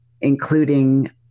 including